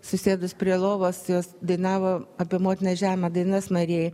susėdus prie lovos jos dainavo apie motiną žemę dainas marijai